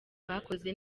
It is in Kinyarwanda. bakoze